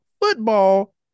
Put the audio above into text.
football